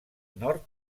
nord